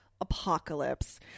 Apocalypse